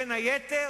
בין היתר,